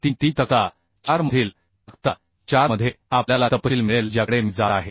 33 तक्ता 4 मधील तक्ता 4 मध्ये आपल्याला तपशील मिळेल ज्याकडे मी जात आहे